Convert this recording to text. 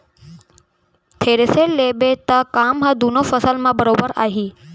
thresher लेबे त काम ह दुनों फसल म बरोबर आही